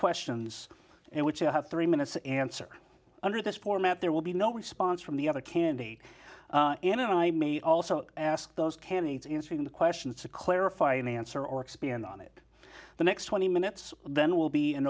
questions and which i have three minutes answer under this format there will be no response from the other candidate and i may also ask those candidates answering the questions to clarify an answer or expand on it the next twenty minutes then it will be an